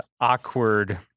awkward